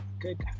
Good